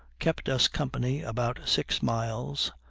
kept us company about six miles,